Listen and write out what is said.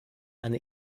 eine